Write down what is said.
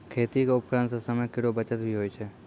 खेती क उपकरण सें समय केरो बचत भी होय छै